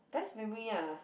best memory ah